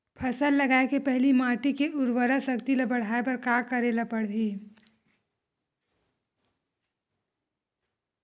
फसल लगाय के पहिली माटी के उरवरा शक्ति ल बढ़ाय बर का करेला पढ़ही?